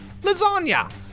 Lasagna